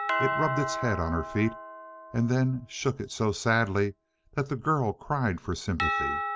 it rubbed its head on her feet and then shook it so sadly that the girl cried for sympathy.